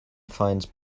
finds